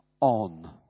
on